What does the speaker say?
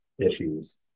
issues